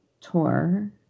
tour